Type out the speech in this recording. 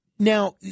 Now